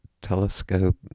telescope